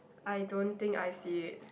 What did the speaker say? I don't think I see it